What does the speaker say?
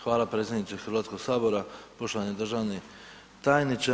Hvala predsjedniče Hrvatskoga sabora, poštovani državni tajniče.